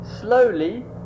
slowly